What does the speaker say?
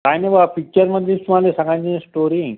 काही नाही बुआ पिक्चरमधलीच तुम्हाला सांगायची स्टोरी